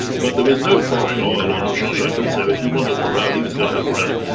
but there was no pouring oil on jean-jacques rousseau if he wanted a row, he was going to have a row.